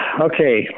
Okay